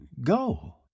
go